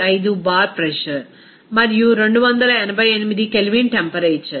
95 bar pressure మరియు 288 kelvin temperature